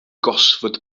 gosford